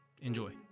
enjoy